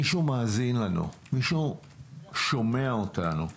הם ירגישו שמישהו מאזין להם ושומע אותם.